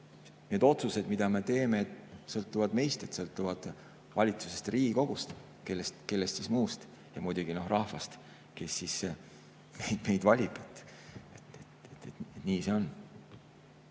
Need otsused, mida me teeme, sõltuvad meist, sõltuvad valitsusest, Riigikogust. Kellest siis muust? Ja muidugi rahvast, kes meid valib. Nii see on.